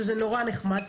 שזה נורא נחמד,